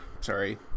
Sorry